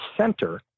center